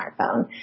smartphone